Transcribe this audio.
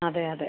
അതെ അതെ